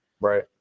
Right